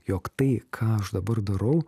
jog tai ką aš dabar darau